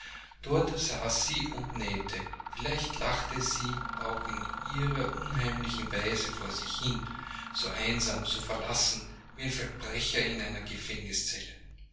dort saß sie und nähte vielleicht lachte sie auch in ihrer unheimlichen weise vor sich hin so einsam so verlassen wie ein verbrecher in seiner